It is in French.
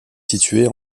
située